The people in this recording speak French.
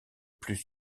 plus